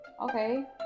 Okay